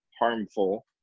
harmful